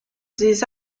des